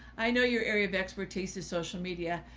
i know your area of expertise is social media,